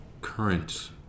current